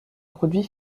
produit